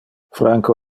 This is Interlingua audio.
franco